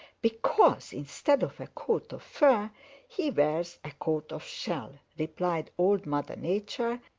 because instead of a coat of fur he wears a coat of shell, replied old mother nature,